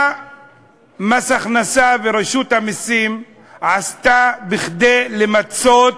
מה מס הכנסה ורשות המסים עשו כדי למצות